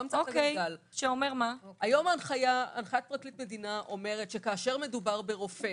היום הנחית פרקליט מדינה אומרת שכאשר מדובר ברופא